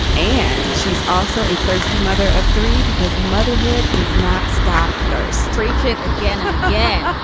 and she's also a thirsty mother of three because motherhood does not stop thirst preach it again and again.